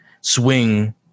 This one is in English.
swing